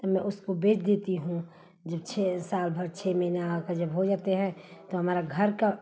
तो मैं उसको बेच देती हूँ जब छह सालभर छह महीना का जब हो जाते हैं तो हमारे घर का